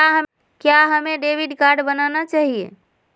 क्या हमें debit card बनाना चाहिए?